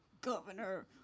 Governor